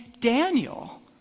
Daniel